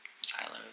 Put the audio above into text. silos